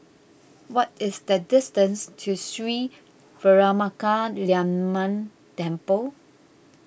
what is the distance to Sri Veeramakaliamman Temple